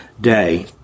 day